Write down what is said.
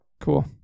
Cool